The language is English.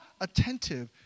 attentive